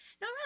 no